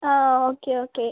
uh okay okay